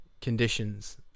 conditions